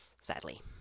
sadly